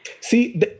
See